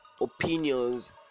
opinions